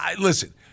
Listen